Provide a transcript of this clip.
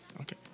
Okay